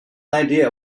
idea